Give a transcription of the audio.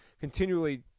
continually